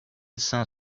cinq